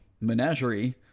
menagerie